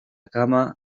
cama